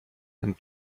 and